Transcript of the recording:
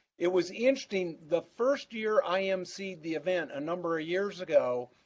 it was interesting, the first year i emceed the event a number of years ago,